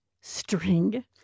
string